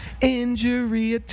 injury